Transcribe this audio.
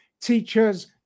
Teachers